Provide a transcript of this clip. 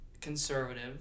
conservative